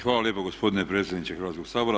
Hvala lijepa gospodine predsjedniče Hrvatskoga sabora.